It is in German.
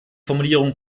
formulierung